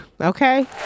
Okay